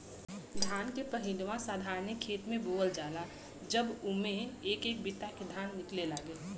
धान के पहिलवा साधारणे खेत मे बोअल जाला जब उम्मे एक एक बित्ता के धान निकले लागे